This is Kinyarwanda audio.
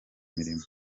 imirimo